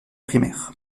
primaire